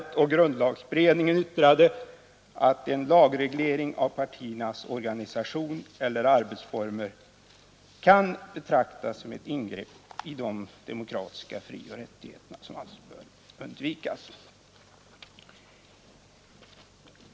Vidare har grundlagberedningen uttalat att en lagreglering av partiernas organisation eller arbetsformer kan betraktas som ett ingrepp i de demokratiska frioch rättigheterna, något som alltså bör undvikas.